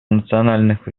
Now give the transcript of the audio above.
национальных